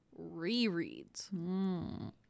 rereads